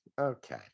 Okay